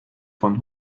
von